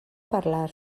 parlar